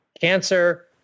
cancer